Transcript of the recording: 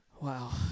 Wow